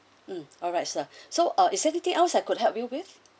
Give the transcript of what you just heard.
mm alright sir so is there anything else I could help you with